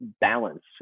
Balance